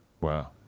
Wow